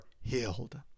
healed